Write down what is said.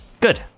Good